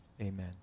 Amen